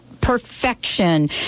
Perfection